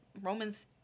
Romans